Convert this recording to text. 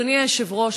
אדוני היושב-ראש,